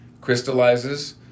crystallizes